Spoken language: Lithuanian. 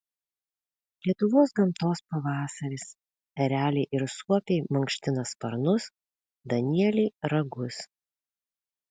lietuvos gamtos pavasaris ereliai ir suopiai mankština sparnus danieliai ragus